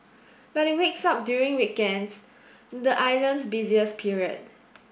but it wakes up during weekends the island's busiest period